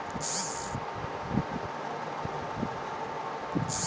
क्या आपको पता है वनो की कटाई से कार्बन डाइऑक्साइड की मात्रा बढ़ रही हैं?